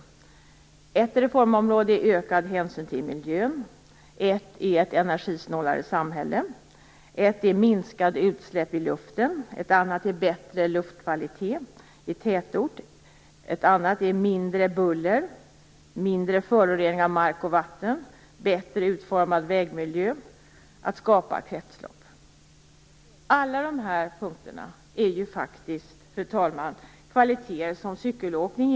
Dessa områden är ökad hänsyn till miljön, ett energisnålare samhälle, minskade utsläpp i luften, bättre luftkvalitet i tätort, mindre buller, mindre föroreningar av mark och vatten, bättre utformad vägmiljö och skapande av kretslopp. Alla de här punkterna innehåller faktiskt, fru talman, kvaliteter som främjas av cykelåkning.